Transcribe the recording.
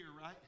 right